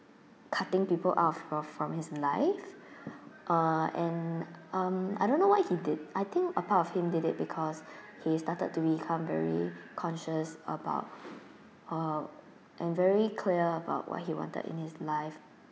cutting people out of from his life uh and um I don't know what he did I think a part of him did it because he started to become very conscious about um and very clear about what he wanted in his life